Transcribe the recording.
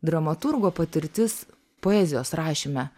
dramaturgo patirtis poezijos rašyme